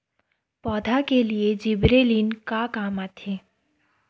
पौधा के लिए जिबरेलीन का काम आथे?